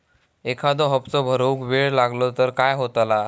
एखादो हप्तो भरुक वेळ लागलो तर काय होतला?